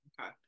Okay